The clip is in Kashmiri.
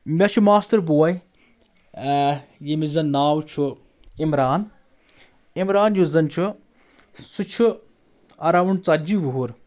مےٚ چھُ ماستُر بوے ییٚمِس زَن ناو چھُ عِمران عِمران یُس زن چھُ سُہ چھُ اراوُنٛڈ ژتجی وُہُر